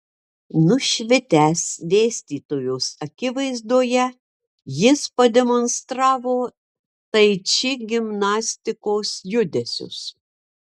nušvitęs dėstytojos akivaizdoje jis pademonstravo tai či gimnastikos judesius